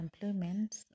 employment